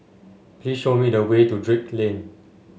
please show me the way to Drake Lane